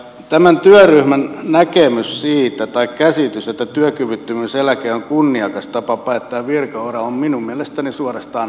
tämän työryhmän käsitys siitä että työkyvyttömyyseläke on kunniakas tapa päättää virkaura on minun mielestäni suorastaan hävytön